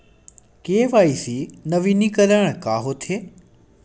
KYC नवीनीकरण का होथे?